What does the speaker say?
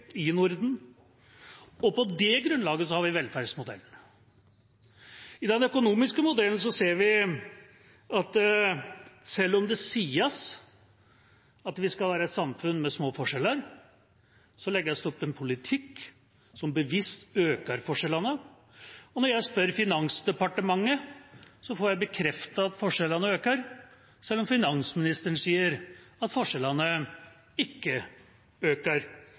i Norden – og på det grunnlaget har vi velferdsmodellen. I den økonomiske modellen ser vi at selv om det sies at vi skal være et samfunn med små forskjeller, så legges det opp til en politikk som bevisst øker forskjellene. Og når jeg spør Finansdepartementet, får jeg bekreftet at forskjellene øker, selv om finansministeren sier at forskjellene ikke øker.